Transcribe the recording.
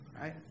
right